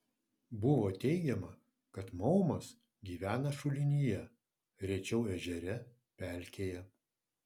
buvo teigiama kad maumas gyvena šulinyje rečiau ežere pelkėje